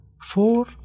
Four